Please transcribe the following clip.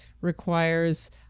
requires